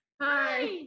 Hi